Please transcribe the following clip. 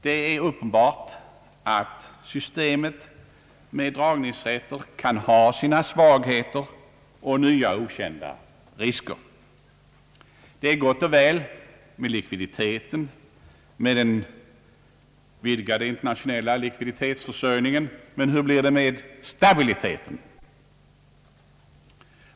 Det är uppenbart att systemet med dragningsrätter kan ha sina svagheter och medföra nya okända risker. Det är gott och väl med likviditeten, med den vidgade internationella likviditetsförsörjningen. Men hur blir det med stabiliteten?